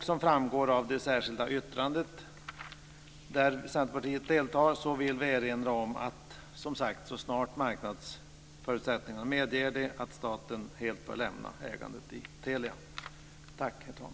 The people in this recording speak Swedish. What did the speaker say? Som framgår av det särskilda yttrandet, där Centerpartiet deltar, vill vi erinra om att staten helt bör lämna ägandet i Telia så snart marknadsförutsättningarna medger det.